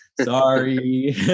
Sorry